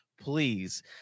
Please